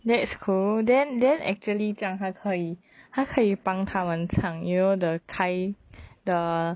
that's cool then then actually 这样他可以他可以帮他们唱 you know the 开 the